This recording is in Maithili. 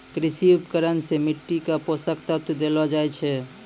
कृषि उपकरण सें मिट्टी क पोसक तत्व देलो जाय छै